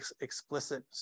explicit